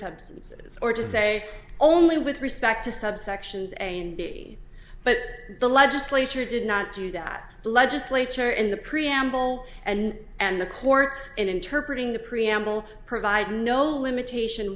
substances or just say only with respect to subsections and b but the legislature did not do that the legislature in the preamble and and the courts interpret in the preamble provide no limitation